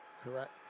Correct